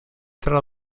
tra